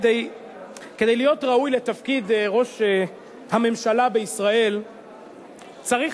כדי להיות ראוי לתפקיד ראש הממשלה בישראל צריך